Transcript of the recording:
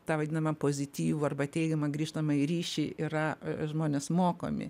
tą vadinamą pozityvų arba teigiamą grįžtamąjį ryšį yra žmonės mokomi